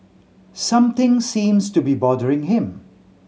something seems to be bothering him